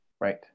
Right